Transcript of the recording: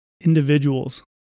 individuals